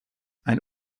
ein